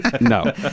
No